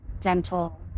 dental